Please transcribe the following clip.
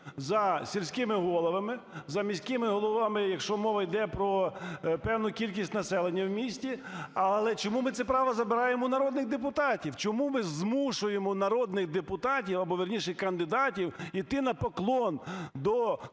За сільськими головами, за міськими головами, якщо мова йде про певну кількість населення в місті. Але чому ми це право забираємо у народних депутатів? Чому ми змушуємо народних депутатів або, вірніше, кандидатів, іти на поклон до